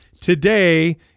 Today